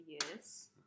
yes